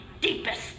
deepest